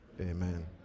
Amen